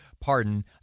pardon